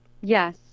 Yes